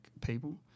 people